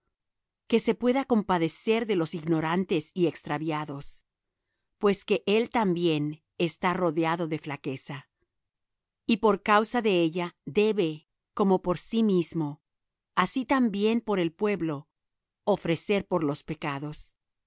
que se pueda compadecer de los ignorantes y extraviados pues que él también está rodeado de flaqueza y por causa de ella debe como por sí mismo así también por el pueblo ofrecer por los pecados